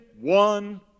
one